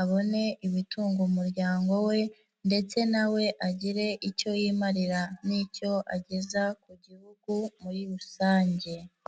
abone ibitunga umuryango, we ndetse na we agire icyo yimarira n'icyo ageza ku Gihugu muri rusange.